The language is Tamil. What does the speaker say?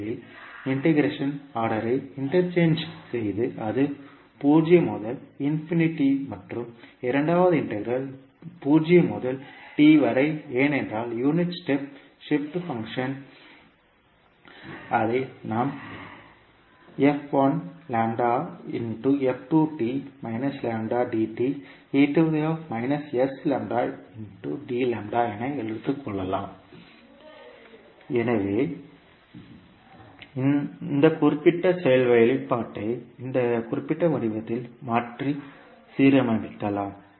முதலில் இண்டெகரேஷன் ஆர்டரை இன்டெர்சேஞ் செய்து அது 0 முதல் இன்ஃபினிட்டி மற்றும் இரண்டாவது இன்டெக்ரல் 0 முதல் t வரை ஏனென்றால் யூனிட் ஸ்டெப் ஷிப்ட் பங்க்ஷன் அதை நாம் என எடுத்துக்கொள்வோம் எனவே இந்த குறிப்பிட்ட வெளிப்பாட்டை இந்த குறிப்பிட்ட வடிவத்தில் மறுசீரமைக்கலாம்